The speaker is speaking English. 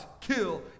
kill